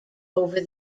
over